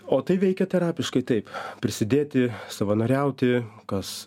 o tai veikia terapiškai taip prisidėti savanoriauti kas